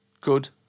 good